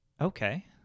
Okay